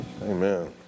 amen